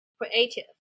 creative